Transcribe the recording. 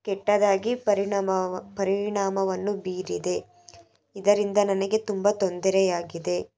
ಕೆಟ್ಟದಾಗಿ ಪರಿಣಾಮವ ಪರಿಣಾಮವನ್ನು ಬೀರಿದೆ ಇದರಿಂದ ನನಗೆ ತುಂಬ ತೊಂದರೆಯಾಗಿದೆ